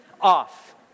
off